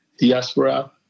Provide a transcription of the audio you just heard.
diaspora